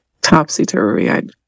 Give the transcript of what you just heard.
Topsy-turvy